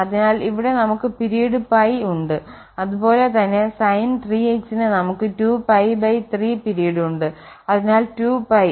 അതിനാൽ ഇവിടെ നമുക്ക് പിരീഡ് π ഉണ്ട് അതുപോലെ തന്നെ sin 3x ന് നമുക്ക് 2π3 പിരീഡ് ഉണ്ട്